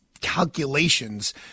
calculations